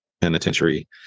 penitentiary